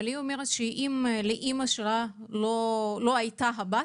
אבל היא אומרת שאם היא לא הייתה עוזרת